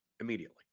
immediately